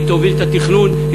היא תוביל את התכנון,